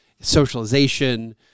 socialization